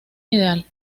ideal